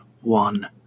one